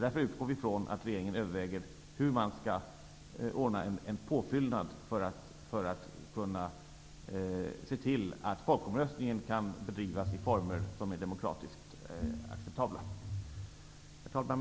Därför utgår vi i från att regeringen överväger hur man skall ordna en påfyllnad, för att kunna se till att folkomröstningen kan bedrivas i former som är demokratiskt acceptabla. Herr talman!